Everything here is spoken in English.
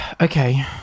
Okay